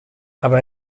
aber